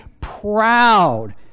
proud